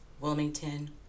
Wilmington